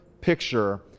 picture